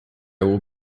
will